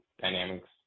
dynamics